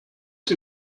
sie